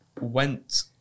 went